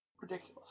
ridiculous